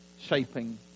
shaping